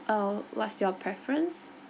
uh what's your preference